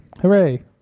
Hooray